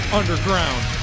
underground